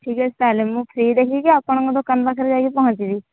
ଠିକ୍ ଅଛି ତାହେଲେ ମୁଁ ଫ୍ରି ଦେଖିକି ଆପଣଙ୍କ ଦୋକାନ ପାଖରେ ଯାଇକି ପହଁଞ୍ଚିବି